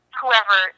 whoever